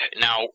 now